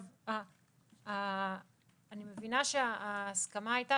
אני מבינה שההסכמה הייתה